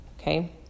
okay